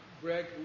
Greg